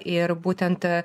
ir būtent